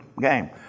game